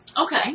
Okay